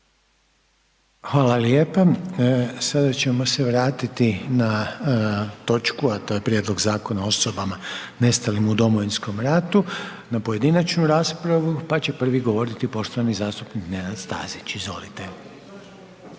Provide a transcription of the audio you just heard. Željko (HDZ)** Sada ćemo se vratiti na točku, a to je Prijedlog zakona o osobama nestalim u Domovinskom ratu na pojedinačnu raspravu, pa će prvi govoriti poštovani zastupnik Nenad Stazić. Izvolite.